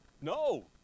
No